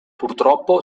purtroppo